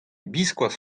biskoazh